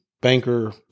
Banker